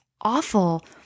awful